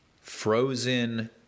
frozen